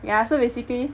ya so basically